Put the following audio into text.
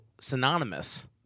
synonymous